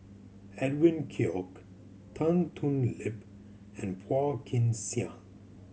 Edwin Koek Tan Thoon Lip and Phua Kin Siang